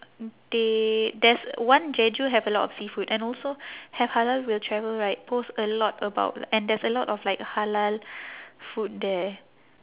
they there's one jeju have a lot of seafood and also have halal will travel right post a lot about and there's a lot of like halal food there